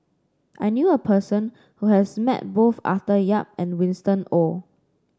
I knew a person who has met both Arthur Yap and Winston Oh